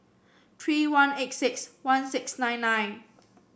three one eight six one six nine nine